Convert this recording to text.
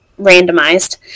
randomized